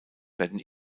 werden